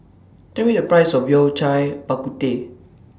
Tell Me The Price of Yao Cai Bak Kut Teh